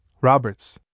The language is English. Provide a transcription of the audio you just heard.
Roberts